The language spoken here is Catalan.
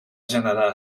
generar